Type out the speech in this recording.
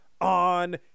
on